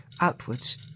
outwards